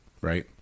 right